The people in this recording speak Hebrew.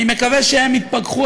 אני מקווה שהם יתפכחו.